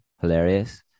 hilarious